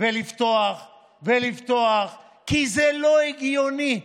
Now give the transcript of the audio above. ולפתוח ולפתוח, כי זה לא הגיוני.